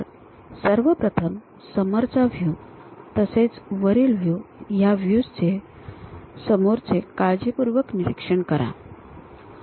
तर सर्व प्रथम समोरचा व्ह्यू तसेच वरील व्ह्यू या व्ह्यूज चे समोरचे काळजीपूर्वक निरीक्षण करा